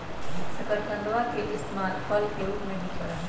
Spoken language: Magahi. शकरकंदवा के इस्तेमाल फल के रूप में भी करा हई